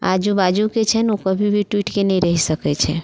आजू बाजूके छनि ओ कभी भी टुटिके नहि रैह सकै छै